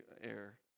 air